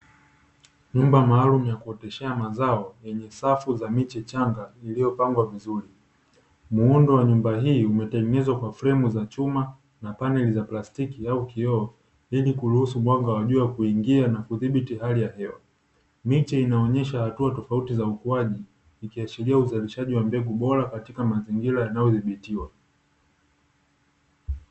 Nyumba maalumu yakuoteshea mazao, yenye safu za miche changa iliyo pangwa vizuri. Muundo wa nyumba hii umetengenezwa na fremu za chuma na paneli za plastiki au kioo ili kuruhusu mwanga kuingia na kudhibiti hali ya hewa. Miche inaonyesha hatua tofauti za ukuaji ikiashiria uzalishaji wa mbegu bora katika mazingira yanayodhibitiwa.